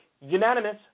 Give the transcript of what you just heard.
unanimous